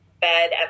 bed